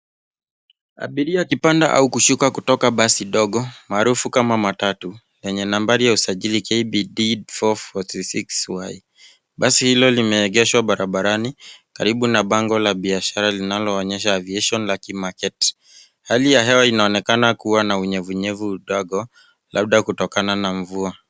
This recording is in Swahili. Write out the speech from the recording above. Abiria akipanda au kushuka kutoka basi dogo, maarufu kama matatu yenye nambari ya usajili KBD 446Y.Basi hilo limeegeshwa barabarani karibu na bango la biashara linaloonyesha [c.s]aviation la kimaketi. Hali ya hewa inaonekana kuwa na unyevunyevu ndogo labda kutokana na mvua.